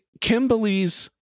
Kimberly's